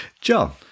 John